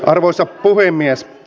arvoisa puhemies